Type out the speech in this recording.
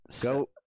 Go